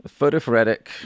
photophoretic